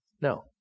No